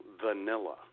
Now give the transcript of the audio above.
Vanilla